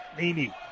Nini